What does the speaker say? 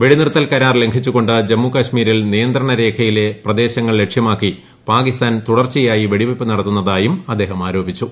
വെടിനിർത്തൽ കരാർ ലംഘിച്ചുകൊ ് ജമ്മുകാശ്മീരിൽ നിയന്ത്രണ രേഖയിലെ പ്രദേശങ്ങൾ ലക്ഷ്യമാക്കി പാകിസ്ഥാൻ തുടർച്ചയായി വെടിവയ്പ്പ് നടത്തുന്നതായും അദ്ദേഹം ആരോപിച്ചു